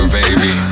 baby